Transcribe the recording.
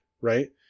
right